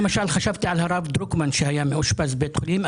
למשל חשבתי על הרב דרוקמן שהיה מאושפז בבית חולים.